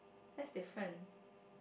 that's different